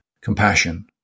compassion